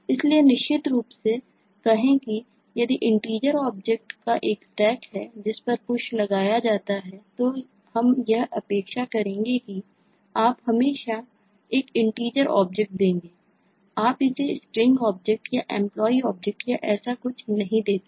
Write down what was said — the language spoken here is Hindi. इसलिए निश्चित रूप से कहें कि यदि integer ऑब्जेक्ट का एक Stack है जिस पर Push लगाया जाता है तो हम यह अपेक्षा करेंगे कि आप इसमें हमेशा एक integer ऑब्जेक्ट देंगे आप इसे String ऑब्जेक्ट या Employee ऑब्जेक्ट या ऐसा कुछ नहीं देते हैं